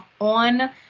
on